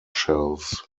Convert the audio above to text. shelves